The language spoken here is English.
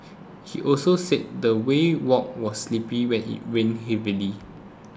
he also said the way walk was sleepy when it rained heavily